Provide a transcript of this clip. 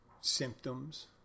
symptoms